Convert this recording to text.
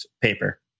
paper